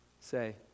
say